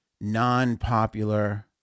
non-popular